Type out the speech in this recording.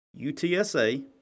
UTSA